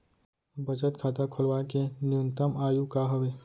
बचत खाता खोलवाय के न्यूनतम आयु का हवे?